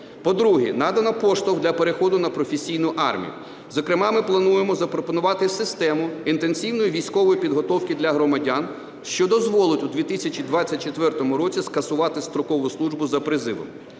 По-друге, надано поштовх для переходу на професійну армію. Зокрема, ми плануємо запропонувати систему інтенсивної військової підготовки для громадян, що дозволить у 2024 році скасувати строкову службу за призовом.